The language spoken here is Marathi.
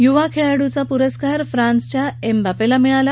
युवा खळीड्चा प्रस्कार फ्रान्सच्या एमबॅपछी मिळाला